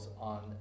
on